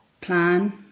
plan